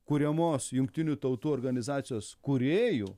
kuriamos jungtinių tautų organizacijos kūrėjų